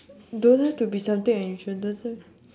don't have to be something unusual does it